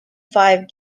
five